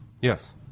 Yes